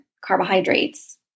carbohydrates